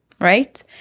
right